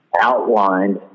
outlined